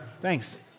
Thanks